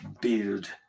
build